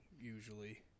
usually